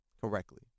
correctly